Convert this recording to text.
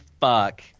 fuck